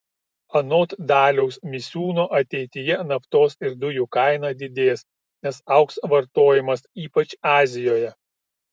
anot daliaus misiūno ateityje naftos ir dujų kaina didės nes augs vartojimas ypač azijoje